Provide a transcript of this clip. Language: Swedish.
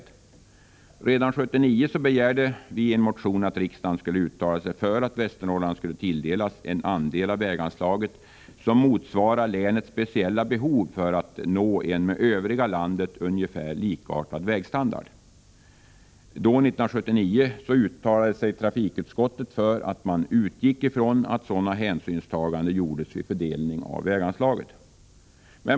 Redan 1979 begärde vi i en motion att riksdagen skulle uttala sig för att Västernorrland skulle tilldelas en andel av väganslaget som motsvarade länets speciella behov när det gäller att nå en med övriga landet ungefär likartad vägstandard. Trafikutskottet uttalade sig då för att man utgick från att sådana hänsynstaganden gjordes vid fördelning av anslaget.